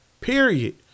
Period